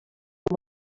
com